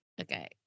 Okay